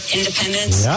independence